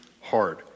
hard